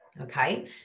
Okay